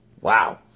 Wow